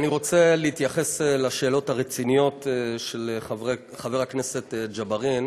אני רוצה להתייחס לשאלות הרציניות של חבר הכנסת ג'בארין,